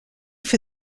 for